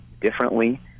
differently